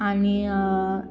आनी